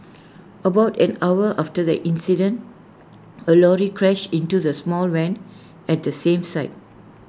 about an hour after the incident A lorry crashed into the small van at the same site